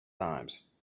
times